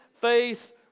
face